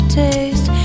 taste